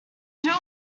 going